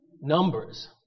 Numbers